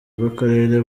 bw’akarere